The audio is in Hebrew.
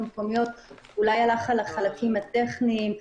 איפה הקהילה מעורבת